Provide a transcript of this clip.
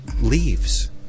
leaves